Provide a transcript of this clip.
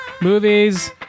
movies